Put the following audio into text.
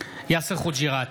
יאסר חוג'יראת,